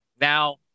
Now